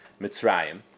Mitzrayim